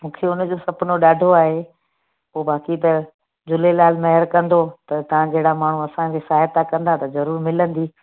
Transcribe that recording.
मूंखे उन जो सपनो ॾाढो आहे पोइ बाक़ी त झूलेलाल महिर कंदो त तव्हां जहिड़ा माण्हू असांजी सहायता कंदा त ज़रूरु मिलंदी